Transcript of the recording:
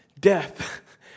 Death